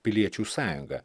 piliečių sąjungą